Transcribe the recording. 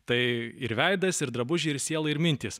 tai ir veidas ir drabužiai ir siela ir mintys